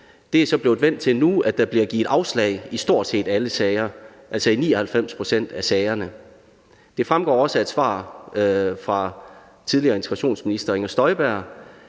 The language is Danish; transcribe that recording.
det er så blevet vendt til, at der nu bliver givet afslag i stort set alle sager, altså i 99 pct. af sagerne. Det fremgår også af et svar fra tidligere integrationsminister Inger Støjberg,